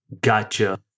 gotcha